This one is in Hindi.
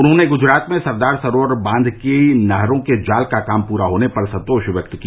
उन्होंने गुजरात में सरदार सरोवर बांध की नहरों के जाल का काम पूरा होने पर संतोष व्यक्त किया